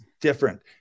different